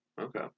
okay